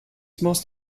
most